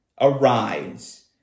arise